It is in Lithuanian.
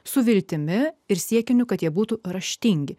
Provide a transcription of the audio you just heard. su viltimi ir siekiniu kad jie būtų raštingi